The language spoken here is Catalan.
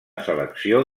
selecció